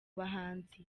bahanzi